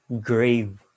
grave